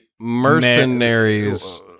mercenaries